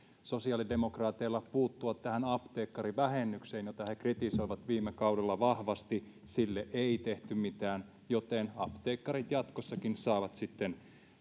sosiaalidemokraateilla puuttua tähän apteekkarivähennykseen jota he kritisoivat viime kaudella vahvasti sille ei tehty mitään joten apteekkarit jatkossakin saavat sitten